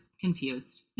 confused